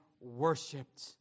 worshipped